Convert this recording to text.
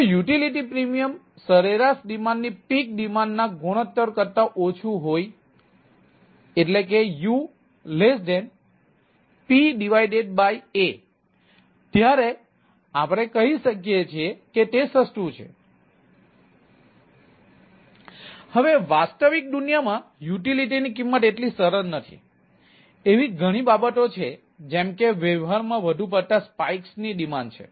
જ્યારે utility premium સરેરાશ ડિમાન્ડની પીક ડિમાન્ડના ગુણોત્તર કરતા ઓછું હોય છે U PA ત્યારે આપણે કહી શકીએ છીએ કે તે સસ્તું છે હવે વાસ્તવિક દુનિયામાં યુટિલિટીની કિંમત એટલી સરળ નથી એવી ઘણી બાબતો છે જેમ કે વ્યવહારમાં વધુ પડતા સ્પાઇક્સ ની ડિમાન્ડ છે